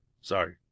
Sorry